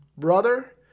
brother